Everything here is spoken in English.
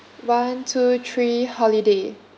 one two three holiday